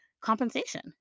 compensation